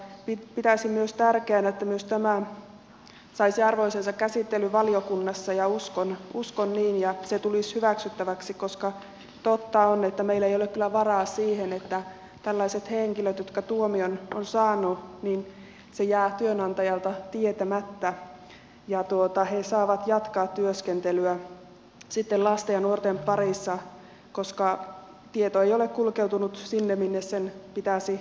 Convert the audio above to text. pitäisin tärkeänä että myös tämä saisi arvoisensa käsittelyn valiokunnassa uskon niin ja se tulisi hyväksyttäväksi koska totta on että meillä ei ole kyllä varaa siihen että se että tällaiset henkilöt ovat tuomion saaneet jää työnantajalta tietämättä ja he saavat jatkaa työskentelyä sitten lasten ja nuorten parissa koska tieto ei ole kulkeutunut sinne minne sen pitäisi kulkeutua